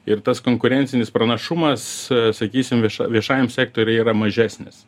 ir tas konkurencinis pranašumas sakysim vieša viešajam sektoriuj yra mažesnis